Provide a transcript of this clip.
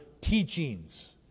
teachings